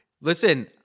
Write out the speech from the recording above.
Listen